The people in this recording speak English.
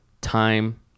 time